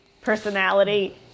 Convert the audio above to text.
personality